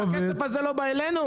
הכסף הזה לא בא אלינו.